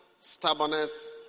stubbornness